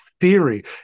theory